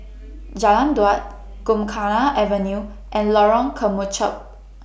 Jalan Daud Gymkhana Avenue and Lorong Kemunchup